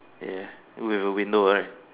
ya with a window right